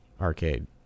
arcade